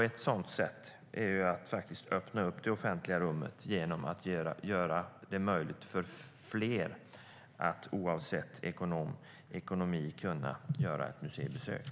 Ett sådant sätt är att faktiskt öppna det offentliga rummet genom att göra det möjligt för fler att oavsett ekonomi göra ett museibesök.